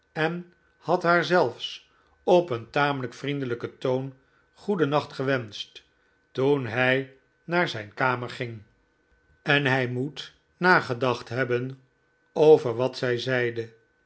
en had haar zelfs op een tamelijk vriendelijken toon goeden nacht gewenscht toen hij naar zijn kamer ging en hij moet nagedacht hebben over wat zij zeide